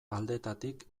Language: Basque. aldetatik